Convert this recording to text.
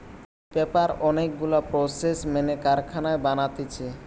paper অনেক গুলা process মেনে কারখানায় বানাতিছে